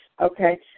Okay